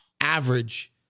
average